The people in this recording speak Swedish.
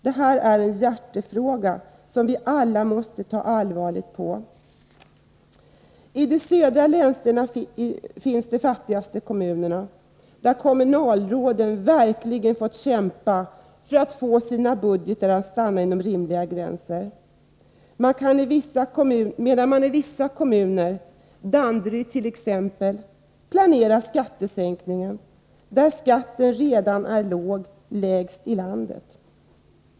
Detta är en hjärtefråga, som vi alla måste ta allvarligt på. I de södra länsdelarna finns de fattigaste kommunerna, där kommunalråden verkligen fått kämpa för att hålla sina budgetar inom rimliga gränser, medan man i vissa kommuner planerar skattesänkningar, t.ex. i Danderyd, där skatten redan är låg, t.o.m. lägst i landet.